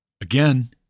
again